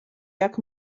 jak